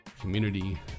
community